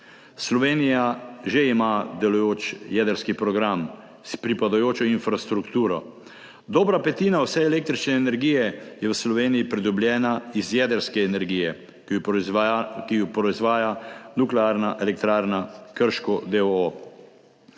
Slovenija že ima delujoč jedrski program s pripadajočo infrastrukturo. Dobra petina vse električne energije je v Sloveniji pridobljena iz jedrske energije, ki jo proizvaja Nuklearna elektrarna Krško, d.